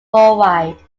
worldwide